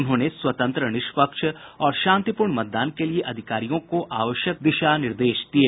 उन्होंने स्वतंत्र निष्पक्ष और शांतिपूर्ण मतदान के लिये अधिकारियों को आवश्यक दिशा निर्देश दिये